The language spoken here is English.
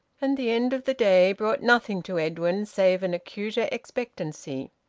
and the end of the day brought nothing to edwin save an acuter expectancy.